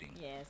Yes